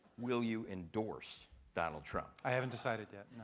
will you endorse donald trump? i haven't decided yet,